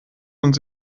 und